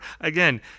again